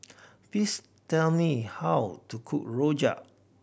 please tell me how to cook rojak